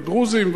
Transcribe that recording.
ודרוזים,